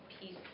peace